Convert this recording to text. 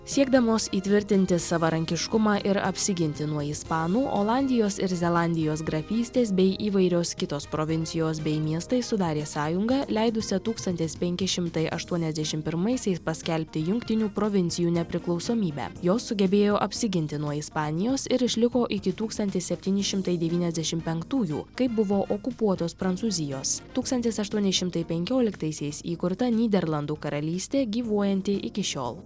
siekdamos įtvirtinti savarankiškumą ir apsiginti nuo ispanų olandijos ir zelandijos grafystės bei įvairios kitos provincijos bei miestai sudarė sąjungą leidusią tūkstantis penki šimtai aštuoniasdešim pirmaisiais paskelbti jungtinių provincijų nepriklausomybę jos sugebėjo apsiginti nuo ispanijos ir išliko iki tūkstantis septyni šimtai devyniasdešim penktųjų kai buvo okupuotos prancūzijos tūkstantis aštuoni šimtai penkioliktaisiais įkurta nyderlandų karalystė gyvuojanti iki šiol